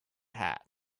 hat